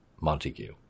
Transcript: Montague